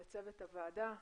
לצוות הוועדה,